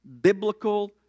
biblical